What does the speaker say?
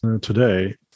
today